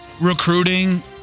recruiting